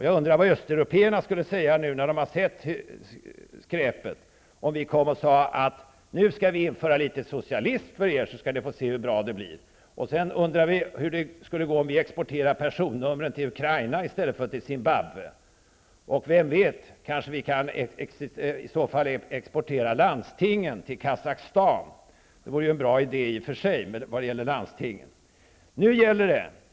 Jag undrar vad östeuropéerna skulle säga, nu när de har sett skräpet, om vi kom och sade: Nu skall vi införa litet socialism här, så skall ni få se hur bra det blir! Och hur skulle det gå om vi exporterade personnumren till Ukraina i stället för till Zimbabwe. Vem vet, kanske kan vi i så fall också exportera landstingen till Kazachstan. Det vore ju i och för sig en bra idé vad gäller landstingen.